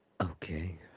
okay